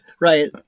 right